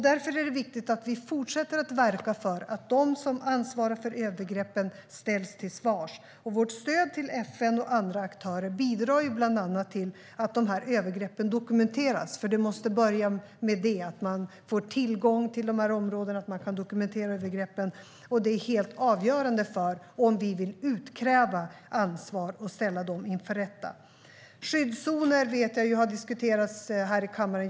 Därför är det viktigt att vi fortsätter att verka för att de som ansvarar för övergreppen ställs till svars. Vårt stöd till FN och andra aktörer bidrar bland annat till att övergreppen dokumenteras. Det måste börja med det - att man får tillgång till områdena och att man kan dokumentera övergreppen. Det är helt avgörande för om vi vill utkräva ansvar och ställa de ansvariga inför rätta. Jag vet att skyddszoner har diskuterats här i kammaren.